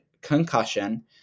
concussion